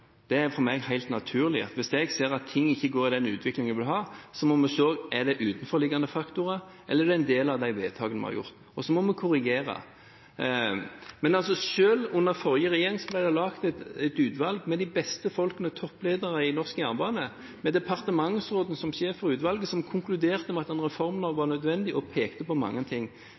Det er for meg helt naturlig. Hvis jeg ser at ting ikke har den utviklingen vi vil ha, må vi se: Er det utenforliggende faktorer, eller er det en del av de vedtakene vi har gjort? Og så må vi korrigere. Selv under forrige regjering ble det satt ned et utvalg med de beste folkene – toppledere i norsk jernbane – med departementsråden som sjef for utvalget, som konkluderte med at en reform